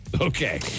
Okay